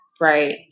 right